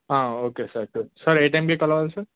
okay sir sir ఏ టైంకి కలవాలి సార్